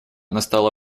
настало